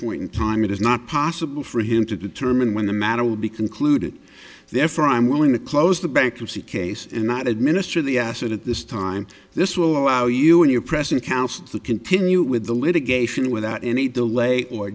point in time it is not possible for him to determine when the matter will be concluded therefore i'm willing to close the bankruptcy case and not administer the asset at this time this will allow you in your present counsel to continue with the litigation without any delay or